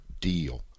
deal